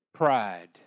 Pride